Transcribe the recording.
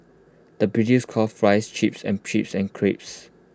the British calls Fries Chips and chips and crisps